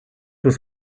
was